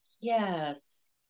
Yes